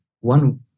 one